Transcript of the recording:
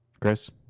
Chris